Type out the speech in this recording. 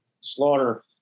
Slaughter